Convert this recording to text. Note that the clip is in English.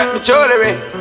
Jewelry